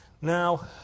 Now